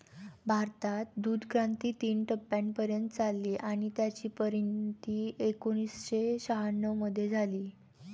भारतात दूधक्रांती तीन टप्प्यांपर्यंत चालली आणि त्याची परिणती एकोणीसशे शहाण्णव मध्ये झाली